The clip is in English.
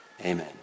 amen